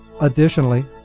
Additionally